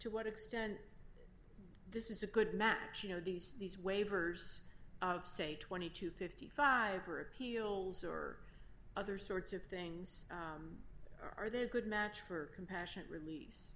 to what extent this is a good match you know these these waivers of say twenty to fifty five or appeals or other sorts of things are they a good match for compassionate release